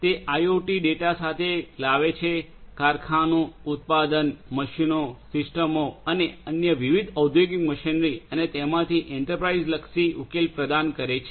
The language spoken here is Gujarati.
તે આઈઓટી ડેટા સાથે લાવે છે કારખાનું ઉત્પાદન મશીનો સિસ્ટમો અને અન્ય વિવિધ ઔદ્યોગિક મશીનરી અને તેમાંથી એન્ટરપ્રાઇઝ લક્ષી ઉકેલ પ્રદાન કરે છે